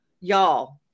y'all